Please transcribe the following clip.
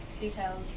details